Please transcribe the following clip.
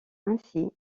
ainsi